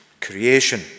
creation